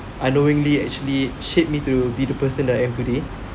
unknowingly actually shaped me to be the person that I am today